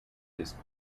his